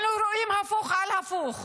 אנחנו רואים הפוך על הפוך: